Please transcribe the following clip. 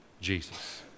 Jesus